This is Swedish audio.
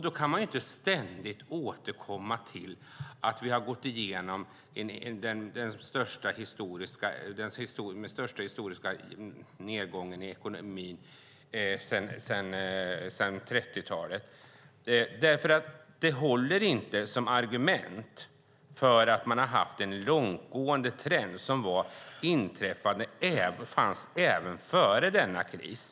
Då kan man inte ständigt återkomma till att vi har gått igenom den största nedgången i ekonomin sedan 30-talet. Det håller inte som argument för att man har haft en långtgående trend som fanns även före denna kris.